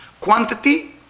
Quantity